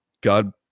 God